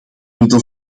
middel